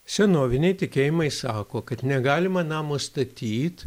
senoviniai tikėjimai sako kad negalima namo statyt